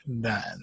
done